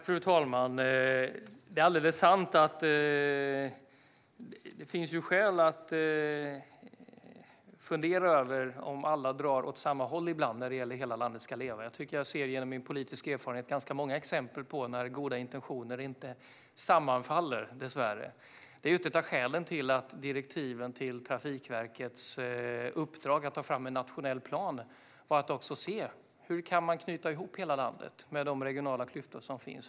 Fru talman! Det är alldeles sant att det finns skäl att ibland fundera över om alla drar åt samma håll när det gäller att hela landet ska leva. Jag tycker att jag genom min politiska erfarenhet ser ganska många exempel på när goda intentioner dessvärre inte sammanfaller. Det är ett av skälen till direktiven till Trafikverkets uppdrag att ta fram en nationell plan. Det handlar också om att se: Hur kan man knyta ihop hela landet med de regionala klyftor som finns?